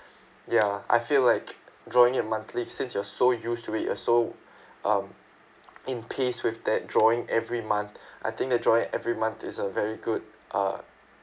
ya I feel like drawing it monthly since you're so used to it you're so um in pace with that drawing every month I think that drawing every month is a very good uh